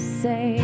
say